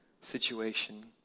situation